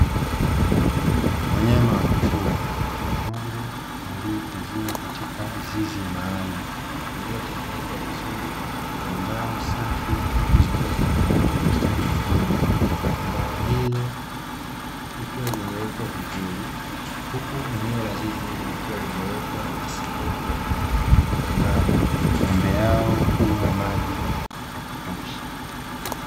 Wanyama wa kufuga ng'ombe walio hifadhiwa katika zizi maalum lililotengenezwa vizuri kwa mbao safi huku zikiwa zimepangwa kwa ustadi mkubwa mbao hilo limewekwa vizuri huku eneo la zizi hilo likiwa limewekwa na sehemu ya maji ambapo ng'ombe hao kunywa maji ya kutosha.